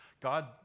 God